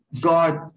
God